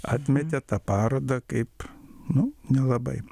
atmetė tą parodą kaip nu nelabai